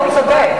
פה הוא צודק.